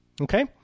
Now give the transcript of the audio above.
okay